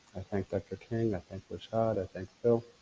thank dr. king, i thank rashad, i thank phil.